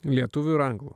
lietuvių ir anglų